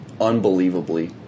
unbelievably